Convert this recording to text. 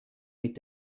mit